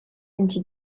into